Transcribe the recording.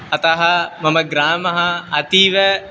अतः मम ग्रामे अतीव